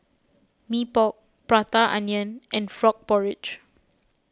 Mee Pok Prata Onion and Frog Porridge